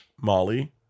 Molly